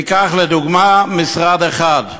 ניקח לדוגמה משרד אחד.